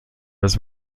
his